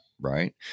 right